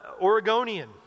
Oregonian